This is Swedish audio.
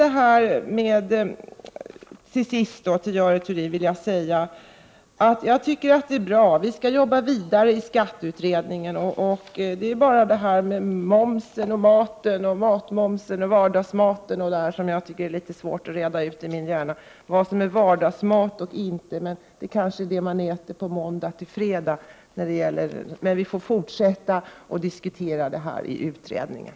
Till sist till Görel Thurdin: Jag tycker att skatteutredningen är bra, och vi skall jobba vidare i den. Det är bara detta med matmomsen och vardagsmaten som jag tycker är litet svårt att reda ut i min hjärna. Jag undrar vad som är vardagsmat — det kanske är vad man äter från måndag till fredag. Men vi får fortsätta att diskutera det i utredningen.